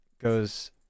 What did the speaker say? goes